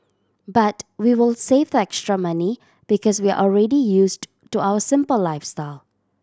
but we will save the extra money because we are already used to our simple lifestyle